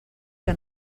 que